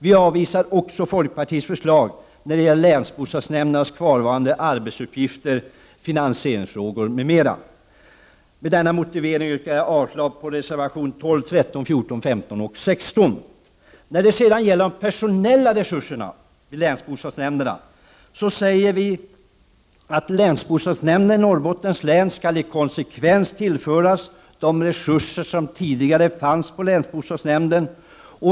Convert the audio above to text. Vi avvisar också folkpartiets förslag när det gäller länsbostadsnämndernas kvarvarande arbetsuppgifter, finansieringsfrågor m.m. Med denna motivering yrkar jag avslag på reservationerna 12, 13, 14, 15 och 16. Länsbostadsnämnden i Norrbottens län skall för konsekvensens skull tillföras de personella resurser som tidigare fanns på länsbostadsnämnden.